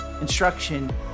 instruction